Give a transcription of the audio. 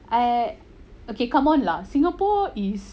I okay come on lah singapore is